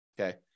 Okay